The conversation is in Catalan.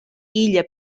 illa